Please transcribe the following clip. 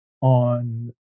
on